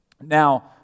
Now